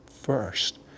first